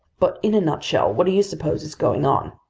but in a nutshell, what do you suppose is going on?